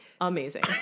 amazing